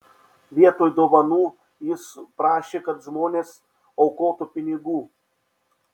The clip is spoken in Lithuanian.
vietoj dovanų jis prašė kad žmonės aukotų pinigų